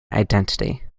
identity